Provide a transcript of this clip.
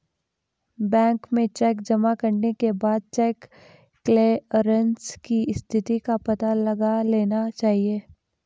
bank में cheque जमा करने के बाद चेक क्लेअरन्स की स्थिति का पता लगा लेना चाहिए